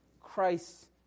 Christ